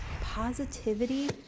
Positivity